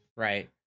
Right